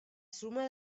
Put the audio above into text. suma